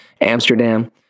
amsterdam